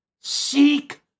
Seek